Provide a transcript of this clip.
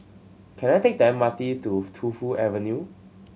can I take the M R T to Tu Fu Avenue